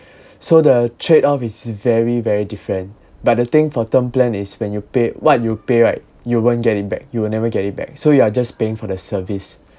so the trade off is very very different but the thing for term plan is when you pay what you pay right you won't get it back you will never get it back so you are just paying for the service